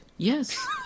Yes